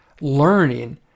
learning